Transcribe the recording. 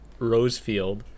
rosefield